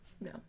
No